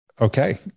Okay